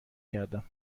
کردم